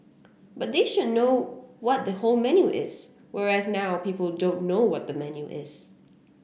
but they should know what the whole menu is whereas now people don't know what the menu is